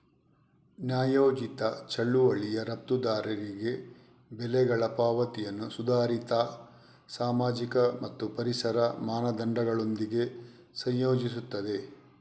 ನ್ಯಾಯೋಚಿತ ಚಳುವಳಿಯು ರಫ್ತುದಾರರಿಗೆ ಬೆಲೆಗಳ ಪಾವತಿಯನ್ನು ಸುಧಾರಿತ ಸಾಮಾಜಿಕ ಮತ್ತು ಪರಿಸರ ಮಾನದಂಡಗಳೊಂದಿಗೆ ಸಂಯೋಜಿಸುತ್ತದೆ